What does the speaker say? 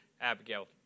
Abigail